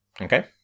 Okay